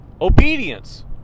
obedience